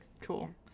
cool